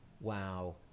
wow